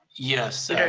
yes.